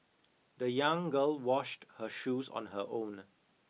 the young girl washed her shoes on her own